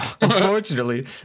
unfortunately